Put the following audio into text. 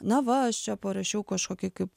na va aš čia parašiau kažkokį kaip